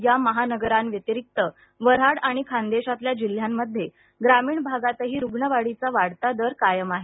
या महानगरांव्यतिरिक्त वऱ्हाड आणि खान्देशातल्या जिल्ह्यांमध्ये ग्रामीण भागातही रूग्णवाढीचा वाढता दर कायम आहे